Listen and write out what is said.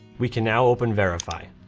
we can now open verify.